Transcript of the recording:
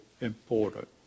important